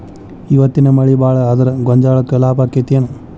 ಇವತ್ತಿನ ಮಳಿ ಭಾಳ ಆದರ ಗೊಂಜಾಳಕ್ಕ ಲಾಭ ಆಕ್ಕೆತಿ ಏನ್?